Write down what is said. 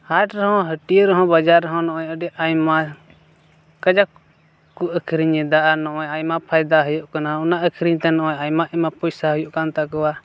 ᱦᱟᱴ ᱨᱮᱦᱚᱱ ᱦᱟᱹᱴᱤᱭᱟᱹ ᱨᱮᱦᱚᱸ ᱱᱚᱜᱼᱚᱸᱭ ᱟᱹᱰᱤ ᱟᱭᱢᱟ ᱠᱟᱡᱟᱠᱠᱚ ᱟᱹᱠᱨᱤᱧᱮᱫᱟ ᱟᱨ ᱱᱚᱜᱼᱚᱸᱭ ᱟᱭᱢᱟ ᱯᱷᱟᱭᱫᱟ ᱦᱩᱭᱩᱜ ᱠᱟᱱᱟ ᱚᱱᱟ ᱟᱹᱠᱷᱤᱨᱤᱧᱛᱮ ᱱᱚᱜᱼᱚᱸᱭ ᱟᱭᱢᱟ ᱟᱭᱢᱟ ᱯᱚᱭᱥᱟ ᱦᱩᱭᱩᱜ ᱠᱟᱱ ᱛᱟᱠᱚᱣᱟ